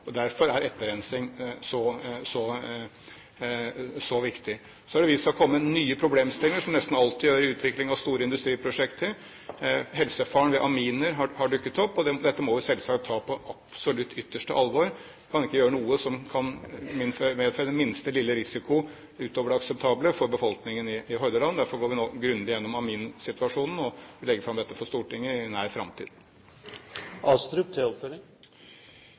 Derfor er etterrensing så viktig. Så har det vist seg å komme nye problemstillinger, som det nesten alltid gjør i utvikling av store industriprosjekter. Helsefaren ved aminer har dukket opp, og dette må vi selvsagt ta på absolutt ytterste alvor. Vi kan ikke gjøre noe som kan medføre den minste lille risiko utover det akseptable for befolkningen i Hordaland. Derfor går vi nå grundig gjennom aminsituasjonen og vil legge fram dette for Stortinget i nær framtid. Jeg registrerer at statsråden egentlig ikke var villig til